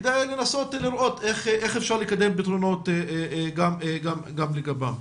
כדי לנסות לראות איך אפשר לקדם פתרונות גם לגביהם.